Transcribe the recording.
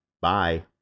bye